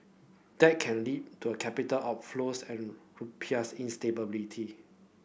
that can lead to a capital outflows and rupiahs instability